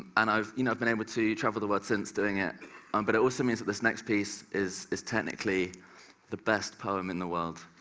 and i've you know i've been able to travel the world since doing it, um but it also means that this next piece is is technically the best poem in the world.